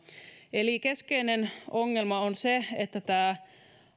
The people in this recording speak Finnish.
eli keskeinen ongelma on se että tämä